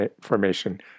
formation